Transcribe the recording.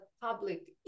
public